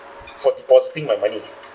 for depositing my money